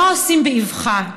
לא עושים באבחה,